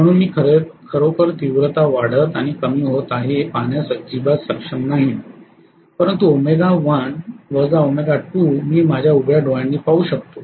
म्हणून मी खरोखर तीव्रता वाढत आणि कमी होत आहे हे पाहण्यास अजिबात सक्षम नाही परंतु मी माझ्या उघड्या डोळ्यांनी पाहू शकलो